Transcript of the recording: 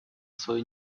свою